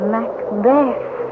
Macbeth